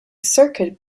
circuit